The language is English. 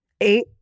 Eight